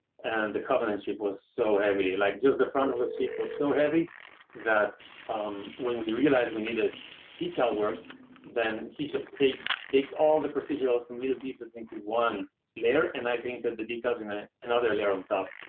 and the covenant ship was so heavy. like just the front of the ship was so heavy that when we realized we needed detail work then he just paid, baked all the procedures from little pieces into one layer. and i painted the details in another layer on top,